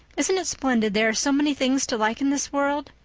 isn't it splendid there are so many things to like in this world?